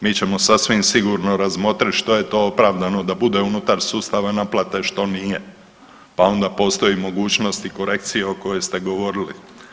Mi ćemo sasvim sigurno razmotrit što je to opravdano da bude unutar sustava naplate što nije, pa onda postoji mogućnosti korekcije o kojoj ste govorili.